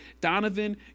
Donovan